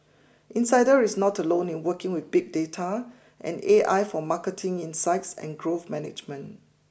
insider is not alone in working with big data and A I for marketing insights and growth management